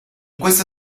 questo